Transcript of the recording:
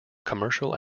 commercial